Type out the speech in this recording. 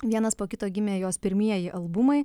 vienas po kito gimė jos pirmieji albumai